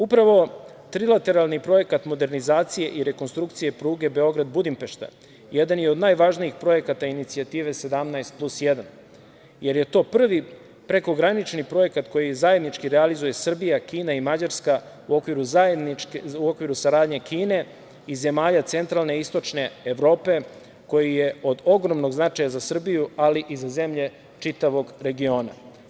Upravo trilateralni projekat modernizacije i rekonstrukcije pruge Beograd – Budimpešta, jedan je od najvažnijih projekata Inicijative 17+1, jer je to prvi prekogranični projekat koji zajednički realizuje Srbija, Kina i Mađarska, u okviru saradnje Kine i zemalja centralne Istočne Evrope, koji je od ogromnog značaja za Srbiju, ali i za zemlje čitavog regiona.